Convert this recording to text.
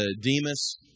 Demas